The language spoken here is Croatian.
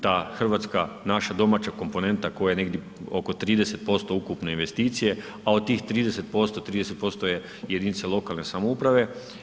Ta hrvatska, naša domaća komponenta koja je negdje oko 30% ukupne investicije, a od tih 30%, 30% je jedinica lokalne samouprave.